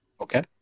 Okay